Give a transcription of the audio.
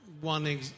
one